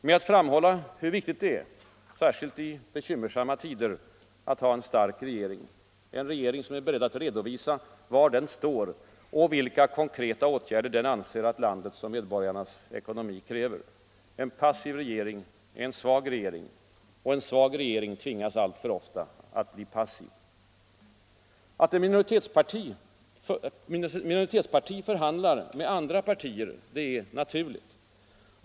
Med att framhålla hur viktigt det är — särskilt i bekymmersamma tider — att ha en stark regering. En regering som är beredd att redovisa var den står och vilka konkreta åtgärder den anser att landets och medborgarnas ekonomi kräver. En passiv regering är en svag regering. Och en svag regering tvingas alltför ofta vara passiv. Att ett minoritetspartis företrädare förhandlar med andra partier är naturligt.